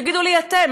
תגידו לי אתם.